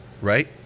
right